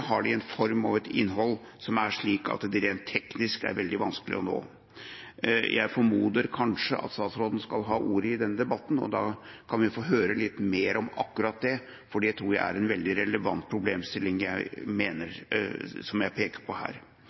har de en form og et innhold som er slik at de rent teknisk er veldig vanskelige å nå? Jeg formoder kanskje at statsråden skal ha ordet i denne debatten, og da kan vi få høre litt mer om akkurat det, for jeg tror det er en veldig relevant problemstilling som jeg peker på her.